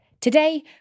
Today